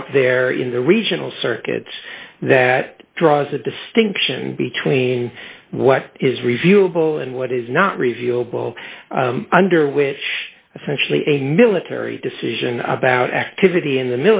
out there in the regional circuits that draws a distinction between what is reviewable and what is not reviewable under which essentially a military decision about activity in the